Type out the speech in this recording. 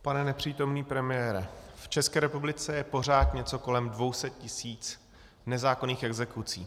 Pane nepřítomný premiére, v České republice je pořád něco kolem 200 tisíc nezákonných exekucí.